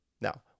Now